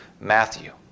Matthew